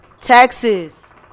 Texas